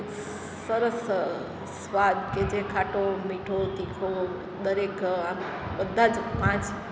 એક સરસ સ્વાદ કે જે ખાટો મીઠો તીખો દરેક આમ બધા જ પાંચ